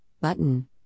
button